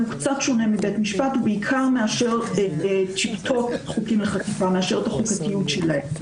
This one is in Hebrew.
שמוצעים כאן בעצם היא איון הביקורת השיפוטית על זכויות אדם,